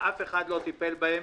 ואף אחד לא טיפל בהם